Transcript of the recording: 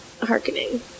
hearkening